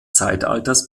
zeitalters